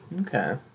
Okay